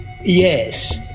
Yes